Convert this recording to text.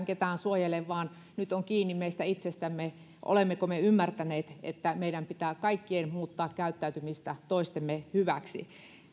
ketään suojele vaan nyt on kiinni meistä itsestämme olemmeko me ymmärtäneet että meidän kaikkien pitää muuttaa käyttäytymistä toistemme hyväksi